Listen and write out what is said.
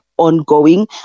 ongoing